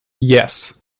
yes